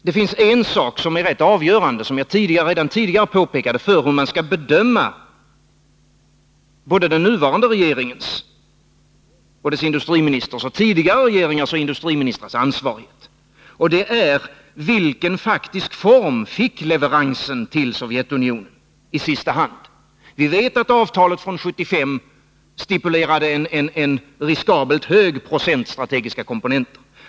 Det finns en sak som är rätt avgörande, som jag redan tidigare påpekat, för hur man skall bedöma både den nuvarande regeringens och dess industriministers och tidigare regeringars och industriministrars ansvarighet, och det är: Vilken faktisk form fick leveransen till Sovjetunionen i sista hand? Vi vet att avtalet från 1975 stipulerade en riskabelt hög procent strategiska komponenter.